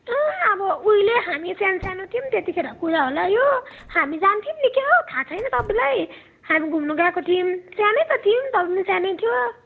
ए अब उहिले हामी सानो सानो थियौँ त्यतिखेरको कुरा होला त्यो हामी जान्थ्यौँ नि त्यो क्या हौ थाह छैन तपाईँलाई हामी घुम्न गएको थियौँ सानै त थियौँ तपाईँ पनि सानै थियो